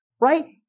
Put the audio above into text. right